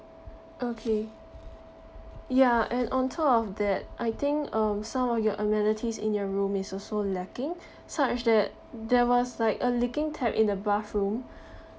okay ya and on top of that I think um some of your amenities in your room is also lacking such that there was like a leaking tap in the bathroom